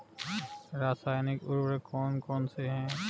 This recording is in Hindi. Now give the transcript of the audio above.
रासायनिक उर्वरक कौन कौनसे हैं?